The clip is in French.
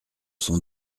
son